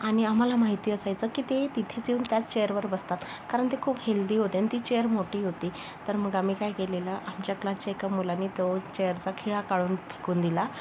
आणि आम्हाला माहिती असायचं की ते तिथेच येऊन त्या चेअरवर बसतात कारण ते खूप हेल्दी होते आणि ती चेअर मोठी होती तर मग आम्ही काय केलेलं आमच्या क्लासच्या एका मुलाने तो चेअरचा खिळा काढून फेकून दिला